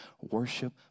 worship